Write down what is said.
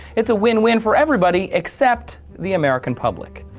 it's a win win for everybody. except the american public.